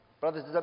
Brothers